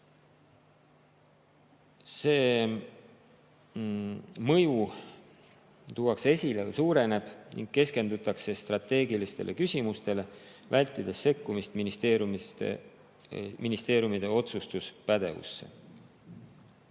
mõju tuuakse esile ja suureneb, keskendutakse strateegilistele küsimustele, vältides sekkumist ministeeriumide otsustuspädevusse.